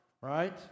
right